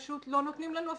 פשוט לא נותנים לנו.